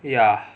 ya